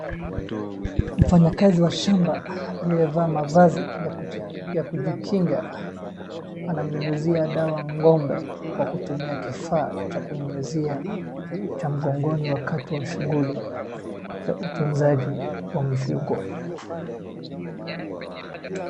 Mfanyakazi wa shamba aliyevaa mavazi ya kujikinga anamnyunyuzia dawa ng'ombe kwa kutumia kifaa cha kunyunyuzia cha mgongoni wakati wa shughuli za utunzaji wa mifugo.